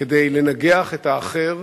כדי לנגח את האחר,